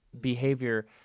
behavior